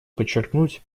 подчеркнуть